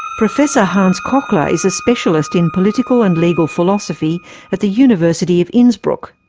professor hans kochler is a specialist in political and legal philosophy at the university of innsbruck.